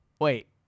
Wait